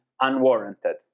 unwarranted